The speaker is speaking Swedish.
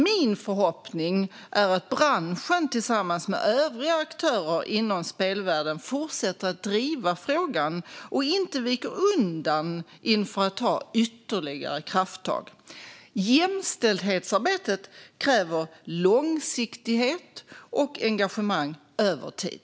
Min förhoppning är att branschen tillsammans med övriga aktörer inom spelvärlden fortsätter att driva frågan och inte viker undan inför att ta ytterligare krafttag. Jämställdhetsarbetet kräver långsiktighet och engagemang över tid.